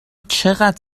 چقدر